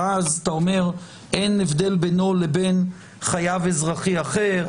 ואז אתה אומר אין הבדל בינו לבין חייב אזרחי אחר.